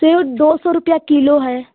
सेब दो सौ रुपये किलो है